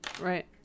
Right